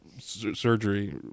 surgery